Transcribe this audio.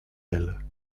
elle